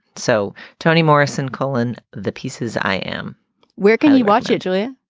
so toni morrison, colin the pieces i am where can we watch it, julia?